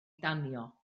danio